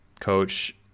coach